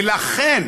ולכן